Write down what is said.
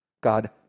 God